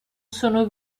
sono